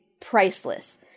priceless